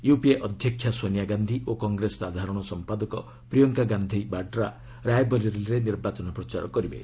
UPA ଅଧ୍ୟକ୍ଷା ସୋନିଆ ଗାନ୍ଧୀ ଓ କଂଗ୍ରେସ ସାଧାରଣ ସମ୍ପାଦକ ପ୍ରିୟଙ୍କା ଗାନ୍ଧୀ ବାଡ୍ରା ରାଏବରେଲୀରେ ନିର୍ବାଚନ ପ୍ରଚାର କରିବେ